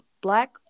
black